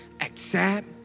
Accept